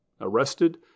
arrested